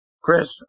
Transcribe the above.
Chris